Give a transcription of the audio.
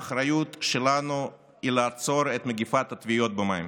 האחריות שלנו היא לעצור את מגפת הטביעות במים.